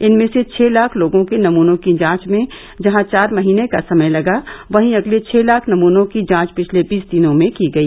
इनमें से छह लाख लोगों के नमनों की जांच में जहां चार महीने का समय लगा वहीं अगले छह लाख नमनों की जांच पिछले बीस दिनों में की गई